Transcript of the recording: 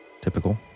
Typical